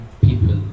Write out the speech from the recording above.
people